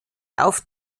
auf